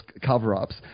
cover-ups